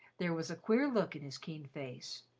there was a queer look in his keen face.